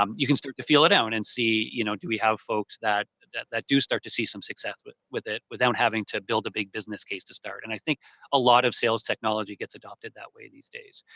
um you can start to feel it out and see, you know do we have folks that that do start to see some success with with it without having to build a big business case to start? and i think a lot of sales technology gets adopted that way these days.